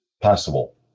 possible